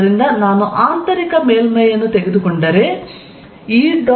ಆದ್ದರಿಂದ ನಾನು ಆಂತರಿಕ ಮೇಲ್ಮೈಯನ್ನು ತೆಗೆದುಕೊಂಡರೆ E